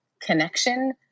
connection